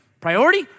priority